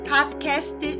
Podcast